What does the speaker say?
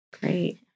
Great